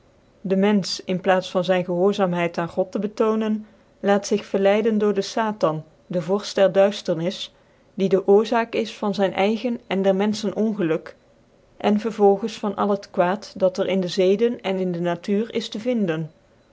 den menfch in plaats van zyn gehoorzaamheid aan god te betonen laat zig verleiden door den satan den vorft der duifternis die de oorzaak is van zyn eigen cn der mcnfchcn ongeluk cn vervolgens van al het quaad dat cr in dc zeden cn in de natuur is tc vinden